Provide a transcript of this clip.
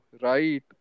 right